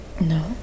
No